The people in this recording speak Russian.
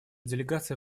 делегация